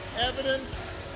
evidence